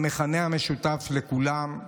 המכנה המשותף לכולם הוא